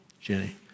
Jenny